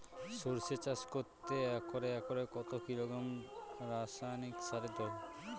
সরষে চাষ করতে একরে কত কিলোগ্রাম রাসায়নি সারের দরকার?